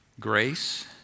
Grace